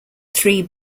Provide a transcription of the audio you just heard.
three